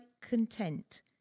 content